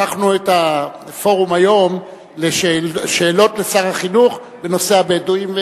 הפכנו את הפורום היום לשאלות לשר החינוך בנושא הבדואים.